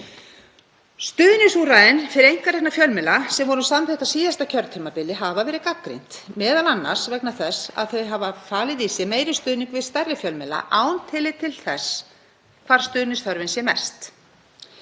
Stuðningsúrræðin fyrir einkarekna fjölmiðla sem voru samþykkt á síðasta kjörtímabili hafa verið gagnrýnd, m.a. vegna þess að þau hafi falið í sér meiri stuðning við stærri fjölmiðla án tillits til þess hvar stuðningsþörfin sé mest.